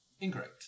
Incorrect